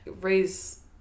raise